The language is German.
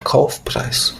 kaufpreis